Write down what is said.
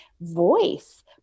voice